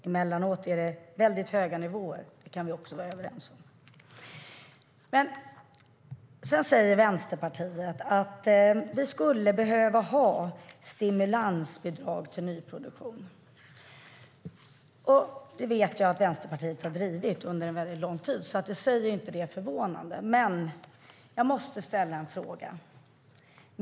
Emellanåt är det väldigt höga nivåer. Det kan vi också vara överens om. Men sedan säger Vänsterpartiet att vi skulle behöva ha stimulansbidrag till nyproduktion. Det vet jag att Vänsterpartiet har drivit under lång tid. Det är alltså i sig inte förvånande. Men jag måste ställa en fråga.